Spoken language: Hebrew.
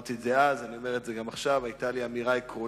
אמרתי את זה ואני אומר את זה גם עכשיו: היתה לי אמירה עקרונית,